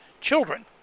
Children